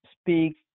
speak